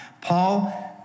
Paul